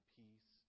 peace